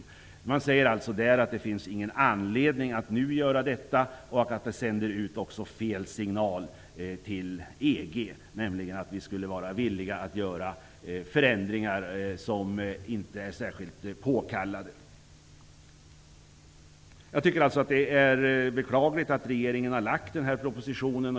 I denna ledare står det alltså att det inte finns någon anledning att göra denna förändring nu och att den skulle sända ut fel signal till EG, en signal om att vi är villiga att göra förändringar som inte är särskilt påkallade. Det är beklagligt att regeringen har lagt fram denna proposition.